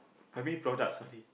I mean product sorry